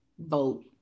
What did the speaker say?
vote